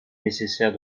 nécessaire